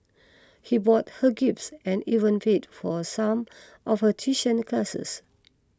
he bought her gifts and even paid for some of her tuition classes